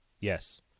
Yes